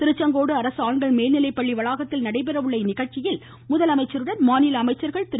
திருச்செங்கோடு அரசு ஆண்கள் மேல்நிலைப்பள்ளி வளாகத்தில் நடைபெற உள்ள இந்நிகழ்ச்சியில் முதலமைச்சருடன் மாநில அமைச்சர்கள் திரு